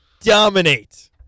dominate